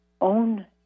own